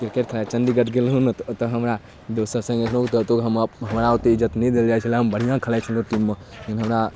cricket खेलैलए चण्डीगढ़ गेल रहौँ ने तऽ ओतऽ हमरा दोस्तसभ सङ्गे रहौँ तऽ हमरा ओतेक इज्जति नहि देल जाइ छलै हम बढ़िआँ खेलाइ छलहुँ टीममे लेकिन हमरा